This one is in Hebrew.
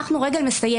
אנחנו רגל מסיימת.